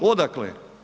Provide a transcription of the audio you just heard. Odakle?